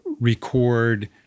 record